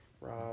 Rob